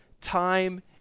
time